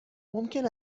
ممکن